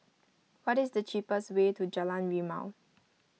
what is the cheapest way to Jalan Rimau